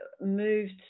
moved